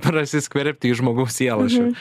prasiskverbti į žmogaus sielą